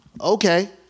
Okay